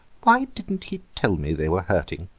why didn't he tell me they were hurting?